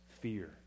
fear